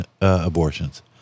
abortions